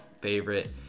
favorite